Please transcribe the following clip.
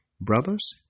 brothers